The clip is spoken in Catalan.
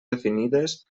definides